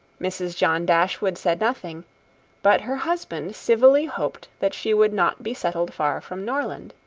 mrs. john dashwood said nothing but her husband civilly hoped that she would not be settled far from norland.